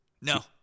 No